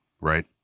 right